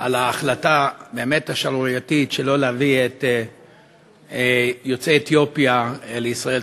על ההחלטה הבאמת-שערורייתית שלא להביא את יוצאי אתיופיה לישראל,